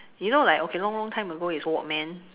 you know like okay long long time ago it's walkman